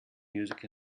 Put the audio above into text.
music